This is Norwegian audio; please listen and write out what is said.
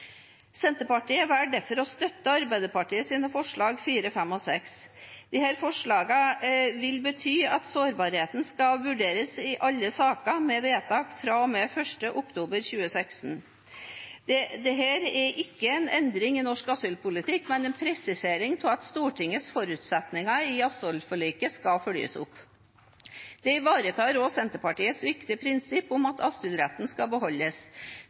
Senterpartiet velger derfor å støtte Arbeiderpartiets forslag nr. 4, 5 og 6. Disse forslagene vil bety at sårbarheten skal vurderes i alle saker med vedtak fra og med 1. oktober 2016. Dette er ikke en endring i norsk asylpolitikk, men en presisering av at Stortingets forutsetninger i asylforliket skal følges opp. Det ivaretar også Senterpartiets viktige prinsipp om at asylretten skal beholdes.